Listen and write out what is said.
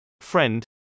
Friend